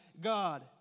God